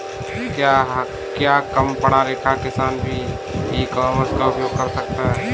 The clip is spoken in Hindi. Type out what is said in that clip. क्या कम पढ़ा लिखा किसान भी ई कॉमर्स का उपयोग कर सकता है?